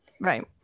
right